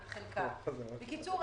בקיצור,